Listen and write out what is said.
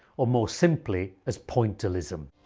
or more simply as pointillism.